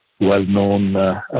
Well-known